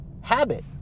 habit